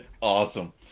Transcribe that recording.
awesome